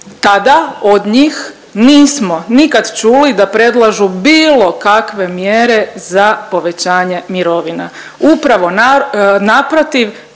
tada od njih nismo nikad čuli da predlažu bilo kakve mjere za povećanje mirovina. Upravo naprotiv